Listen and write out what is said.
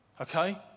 okay